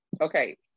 Okay